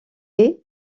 est